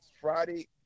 Friday